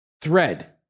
thread